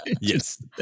Yes